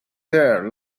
there